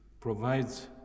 provides